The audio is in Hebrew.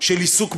של עיסוק בזוטות,